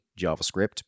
JavaScript